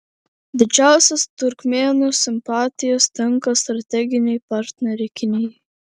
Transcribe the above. didžiausios turkmėnų simpatijos tenka strateginei partnerei kinijai